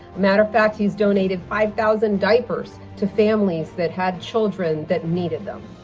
matter of fact he's donated five thousand diapers to families that had children that needed them.